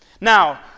Now